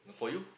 for you